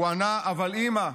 הוא ענה: 'אבל אימא,